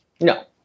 No